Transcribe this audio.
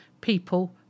people